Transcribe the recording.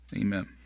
Amen